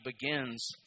begins